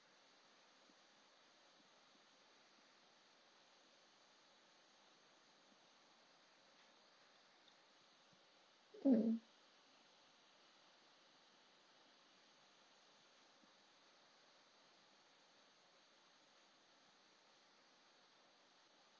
mm